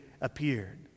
appeared